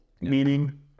meaning